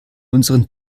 unseren